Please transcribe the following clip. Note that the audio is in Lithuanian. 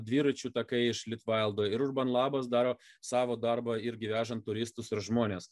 dviračių takai iš litveldo ir užbanlabas daro savo darbą irgi vežam turistus ir žmones